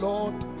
Lord